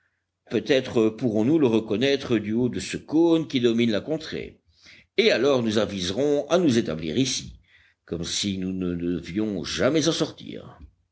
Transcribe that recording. peut-être pourrons-nous le reconnaître du haut de ce cône qui domine la contrée et alors nous aviserons à nous établir ici comme si nous ne devions jamais en sortir